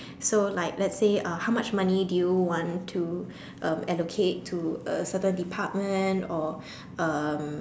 so like let's say uh how much money do you want to um allocate to a certain department or um